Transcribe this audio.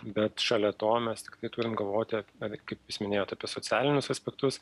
bet šalia to mes tikrai turim galvoti apie kaip jūs minėjote apie socialinius aspektus